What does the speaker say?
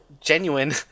genuine